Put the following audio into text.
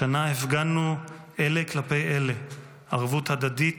השנה הפגנו אלה כלפי אלה ערבות הדדית